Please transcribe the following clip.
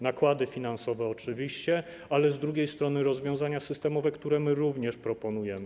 Nakłady finansowe oczywiście, ale z drugiej strony rozwiązania systemowe, które my również proponujemy.